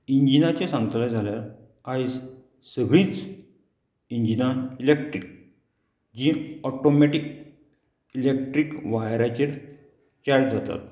इंजिनाचे सांगतले जाल्यार आयज सगळींच इंजिनां इलेक्ट्रीक जी ऑटोमेटीक इलेक्ट्रीक वायराचेर चार्ज जातात